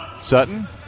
Sutton